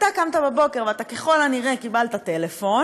אתה קמת בבוקר ואתה ככל הנראה קיבלת טלפון